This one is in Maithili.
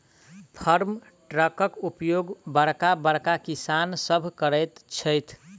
फार्म ट्रकक उपयोग बड़का बड़का किसान सभ करैत छथि